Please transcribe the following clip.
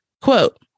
quote